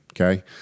okay